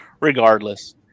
Regardless